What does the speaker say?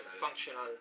functional